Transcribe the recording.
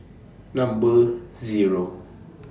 Number Zero